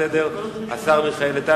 ישיב על ההצעות לסדר-היום השר מיכאל איתן,